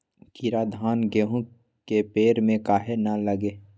कीरा धान, गेहूं के पेड़ में काहे न लगे?